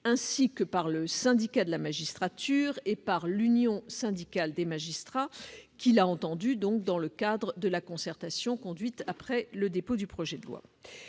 ainsi que par le Syndicat de la magistrature et l'Union syndicale des magistrats, organisations qu'il a entendues dans le cadre de la concertation conduite après le dépôt du projet de loi.